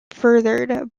furthered